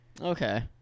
okay